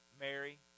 Mary